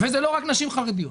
ואלה לא רק נשים חרדיות.